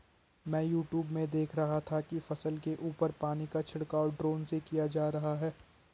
मैं यूट्यूब में देख रहा था कि फसल के ऊपर पानी का छिड़काव ड्रोन से किया जा रहा है